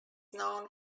known